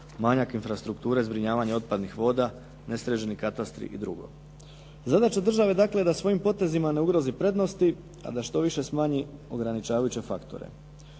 manjak infrastrukture, zbrinjavanje otpadnih voda, nesređeni katastri i drugo. Zadaća je države dakle da svojim potezima ne ugrozi prednosti, a da što više smanji ograničavajuće faktore.